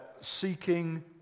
seeking